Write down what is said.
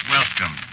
Welcome